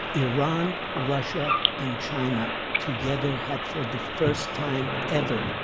iran, russia, and china together had, for the first time ever,